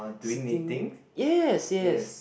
sitting yes yes